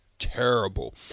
Terrible